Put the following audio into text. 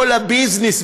כל ה"ביזנס",